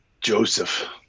Joseph